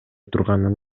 турганын